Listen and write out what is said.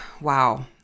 Wow